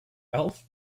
alf